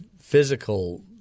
physical